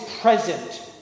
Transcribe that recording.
present